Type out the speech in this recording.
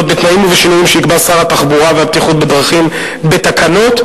בתנאים ובשינויים שיקבע שר התחבורה והבטיחות בדרכים בתקנות,